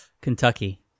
Kentucky